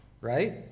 right